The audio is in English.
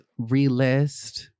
relist